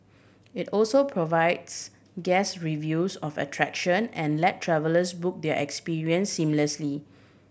it also provides guest reviews of attraction and let travellers book their experience seamlessly